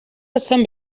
هستم